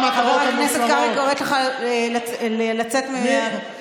חבר הכנסת קרעי, אני קוראת לך לצאת מהמליאה.